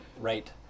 right